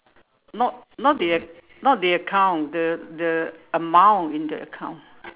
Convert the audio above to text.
not not the a~ not the account the the amount in the account